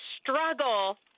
struggle